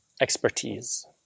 expertise